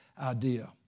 idea